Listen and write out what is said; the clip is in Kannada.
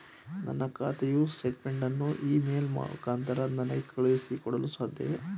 ನನ್ನ ಖಾತೆಯ ಸ್ಟೇಟ್ಮೆಂಟ್ ಅನ್ನು ಇ ಮೇಲ್ ಮುಖಾಂತರ ನನಗೆ ಕಳುಹಿಸಿ ಕೊಡಲು ಸಾಧ್ಯವೇ?